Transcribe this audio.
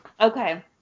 okay